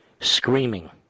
screaming